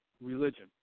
religion